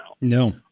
No